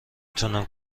تونم